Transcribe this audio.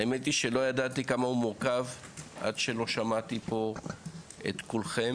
האמת היא שלא ידעתי כמה הוא מורכב עד שלא שמעתי פה את כולכם.